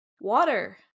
Water